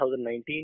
2019